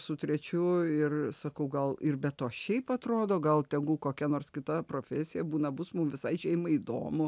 su trečiu ir sakau gal ir be to šiaip atrodo gal tegu kokia nors kita profesija būna bus mum visai šeimai įdomu